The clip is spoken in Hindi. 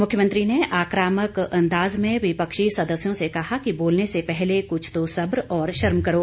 मुख्यमंत्री ने आक्रामक अंदाज में विपक्षी सदस्यों से कहा कि बोलने से पहले कुछ तो सब्र और शर्म करो